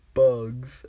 bugs